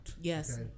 Yes